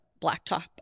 blacktop